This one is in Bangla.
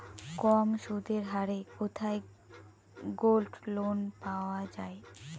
কম সুদের হারে কোথায় গোল্ডলোন পাওয়া য়ায়?